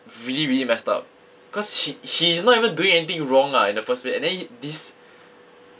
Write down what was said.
really really messed up because he he's not even doing anything wrong ah in the first place and then this